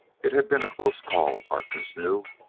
it had been a close call, harkness knew,